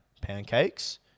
pancakes